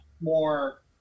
more